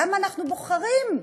למה אנחנו בוחרים במודע,